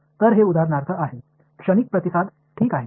तर हे उदाहरणार्थ आहे क्षणिक प्रतिसाद ठीक आहेत